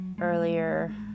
earlier